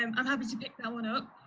um i'm happy to pick that one up